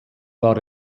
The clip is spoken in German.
war